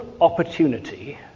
opportunity